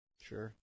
Sure